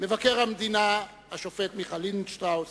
מבקר המדינה השופט מיכה לינדנשטראוס,